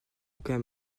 aucun